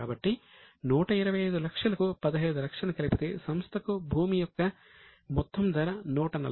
కాబట్టి 125 లక్షలకు 15 లక్షలను కలిపితే సంస్థకు భూమి యొక్క మొత్తం ధర 140 లక్షలు